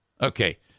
Okay